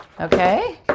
Okay